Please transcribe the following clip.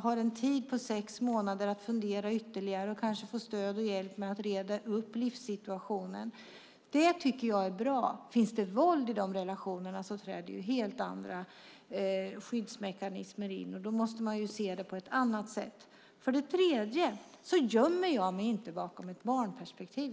har en tid på sex månader för att fundera ytterligare och kanske få stöd och hjälp med att reda ut livssituationen. Det tycker jag är bra. Men finns det våld i relationerna träder helt andra skyddsmekanismer in. Då måste man se det på ett annat sätt. För det tredje gömmer jag mig inte bakom ett barnperspektiv.